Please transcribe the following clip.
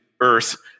Earth